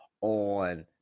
on